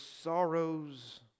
sorrows